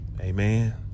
Amen